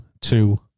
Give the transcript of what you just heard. two